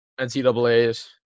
NCAAs